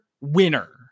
winner